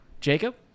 Jacob